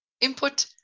input